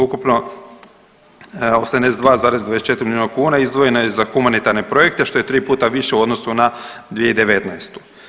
Ukupno 82,24 miliona kuna izdvojeno je za humanitarne projekte što je 3 puta više u odnosu na 2019.